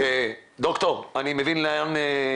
אוקיי, דוקטור, אני מבין מה התשובות.